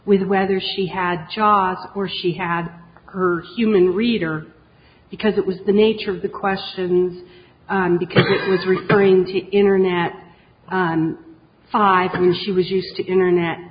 with whether she had jobs where she had her human reader because it was the nature of the questions i was referring to internet five because she was used to internet